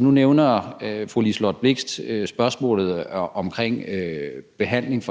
nu nævner fru Liselott Blixt spørgsmålet omkring f.eks. behandling,